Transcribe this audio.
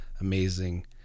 amazing